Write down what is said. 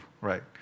right